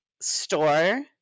store